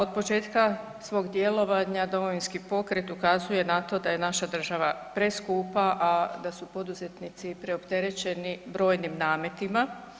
Od početka svog djelovanja Domovinski pokret ukazuje na to da je naša država preskupa, a da su poduzetnici preopterećeni brojnim nametima.